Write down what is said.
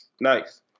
Nice